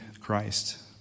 Christ